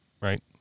right